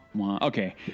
Okay